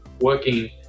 working